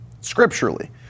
scripturally